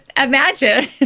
Imagine